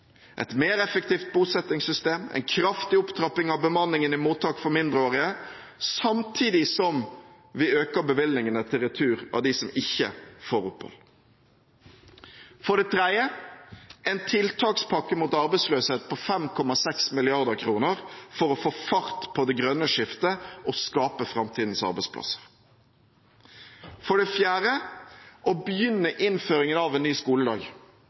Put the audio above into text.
et mer effektivt bosettingssystem, en kraftig opptrapping av bemanningen i mottak for mindreårige samtidig som vi øker bevilgningene til retur av dem som ikke får opphold; en tiltakspakke mot arbeidsløshet på 5,6 mrd. kr for å få fart på det grønne skiftet og for å skape framtidens arbeidsplasser; begynne innføringen av en ny skoledag